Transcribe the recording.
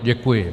Děkuji.